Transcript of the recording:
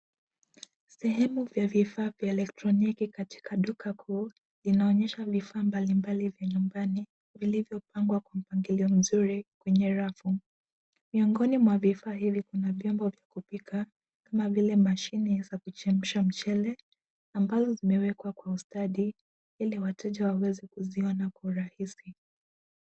Sehemu ya vifaa vya elektroniki katika duka kuu, inaonyesha vifaa mbalimbali vya nyumbani vilivyopangwa kwa mpangilio mzuri kwenye rafu. Miongoni mwa vifaa hivi kuna vyombo vya kupika kama vile mashini za kuchemsha mchele ambazo zimewekwa kwa ustadi ili wateja waweze kuziona kwa urahisi.